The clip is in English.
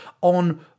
on